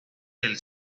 del